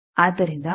ಆದ್ದರಿಂದ ಇದು 0